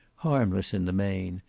harmless in the main,